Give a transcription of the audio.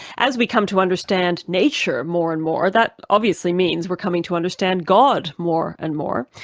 as we come to understand nature more and more, that obviously means we're coming to understand god more and more.